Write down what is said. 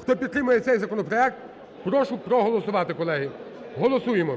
Хто підтримує цей законопроект, прошу проголосувати, колеги. Голосуємо.